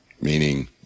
meaning